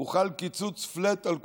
הוחל קיצוץ flat על כולם.